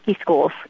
schools